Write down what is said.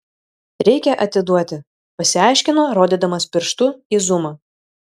reikia atiduoti pasiaiškino rodydamas pirštu į zumą